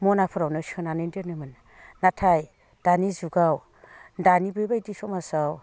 मनाफोरावनो सोनानै दोनोमोन नाथाय दानि जुगाव दानि बेबायदि समाजाव